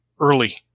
early